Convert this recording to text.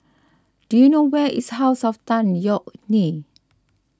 do you know where is House of Tan Yeok Nee